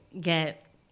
get